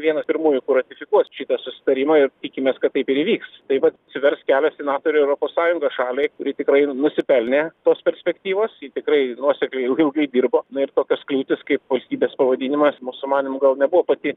vienas pirmųjų kur ratifikuos šitą susitarimą ir tikimės kad taip ir įvyks taip atsivers kelias į nato ir europos sąjungą šaliai kuri tikrai nusipelnė tos perspektyvos ji tikrai nuosekliai ir ilgai dirbo na ir tokios kliūtys kaip valstybės pavadinimas mūsų manymu gal nebuvo pati